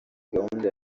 gahunda